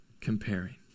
comparing